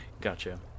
Gotcha